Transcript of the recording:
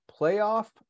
playoff